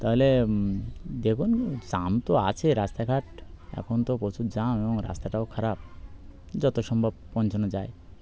তাহলে দেখুন জ্যাম তো আছে রাস্তাঘাট এখন তো প্রচুর জ্যাম এবং রাস্তাটাও খারাপ যত সম্ভব পৌঁছানো যায়